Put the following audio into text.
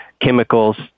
chemicals